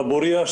דבוריה,